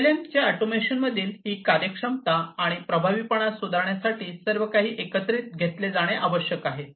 PLM च्या ऑटोमेशनमधील ही कार्यक्षमता आणि प्रभावीपणा सुधारण्यासाठी सर्वकाही एकत्रित घेतले जाणे आवश्यक आहे